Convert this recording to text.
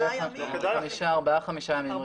ארבעה-חמישה ימים.